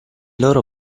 loro